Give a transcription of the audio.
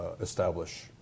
establish